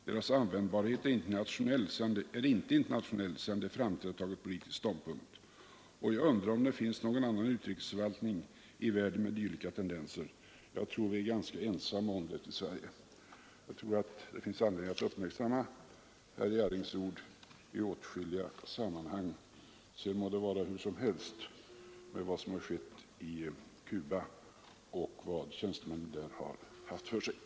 Deras användbarhet är inte internationell sedan de framträtt och tagit politisk ståndpunkt. Och jag undrar om det finns någon annan utrikesförvaltning i världen med dylika tendenser. Jag tror vi är ganska ensamma om det i Sverige.” Jag tror att det finns anledning att uppmärksamma herr Jarrings ord i åtskilliga sammanhang. Sedan må det vara hur som helst med vad som har skett i Chile och vad tjänstemännen där har haft för sig.